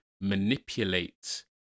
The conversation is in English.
manipulate